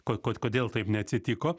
ko ko kodėl taip neatsitiko